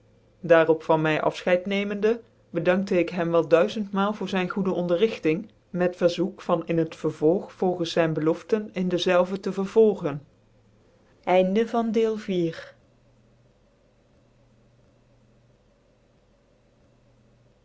van my affcheid nemende bedankte j hcm wc duizendmaal voor zyn goede onderrigting met verzoek van in het vervolg volgens zyn beloften in dezelve tc vervolgen